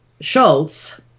Schultz